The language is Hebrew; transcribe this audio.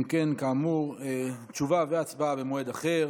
אם כן, כאמור, תשובה והצבעה במועד אחר.